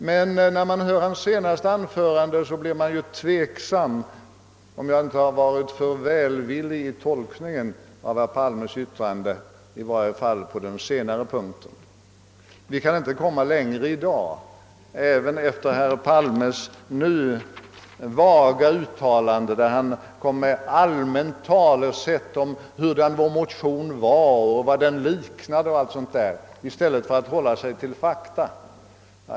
Men när jag hörde hans senaste anförande blev jag dock tveksam, om jag inte varit för välvillig vid tolkningen av herr Palmes yttrande på den senare punkten. Vi kan inte komma längre i dag efter herr Palmes nya vaga allmänna talesätt om vad vår motion liknade o. s. v. Han borde i stället hålla sig till fakta.